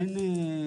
אין.